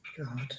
God